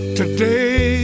today